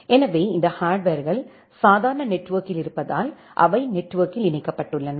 எனவே இந்த ஹார்ட்வர்கள் சாதாரண நெட்வொர்க்கில் இருப்பதால் அவை நெட்வொர்க்கில் இணைக்கப்பட்டுள்ளன